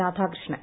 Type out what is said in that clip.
Radhakrishnan